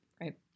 right